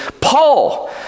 Paul